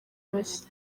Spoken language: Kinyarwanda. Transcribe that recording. bashya